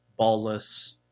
ballless